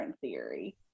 theory